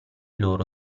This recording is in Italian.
loro